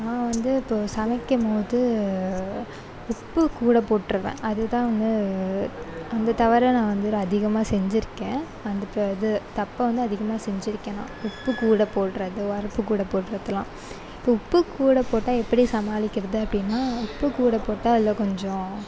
நான் வந்து இப்போ சமைக்கும்போது உப்பு கூட போட்ருவேன் அதுதான் வந்து அந்த தவறை நான் வந்து அதிகமாக செஞ்சியிருக்கேன் அந்த ப இது தப்பை வந்து அதிகமாக செஞ்சியிருக்கேன் நான் உப்பு கூட போட்றது உரப்பு கூட போட்றதலாம் உப்பு கூட போட்டா எப்படி சமாளிக்கிறது அப்படினா உப்பு கூட போட்டா அதில் கொஞ்சம்